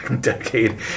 decade